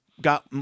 got